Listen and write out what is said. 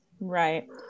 Right